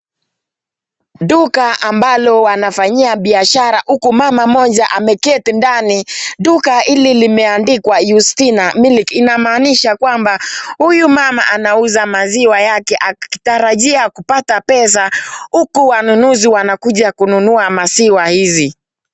Duka ambalo wanafanyia biashara huku mama mmoja ameketi ndani. Duka hili limeandikwa Yusina Milk inamaanisha kwamba huyu mama anauza maziwa yake akitarajia kupata pesa huku wanunuzi wanakuja kununua maziwa hizi.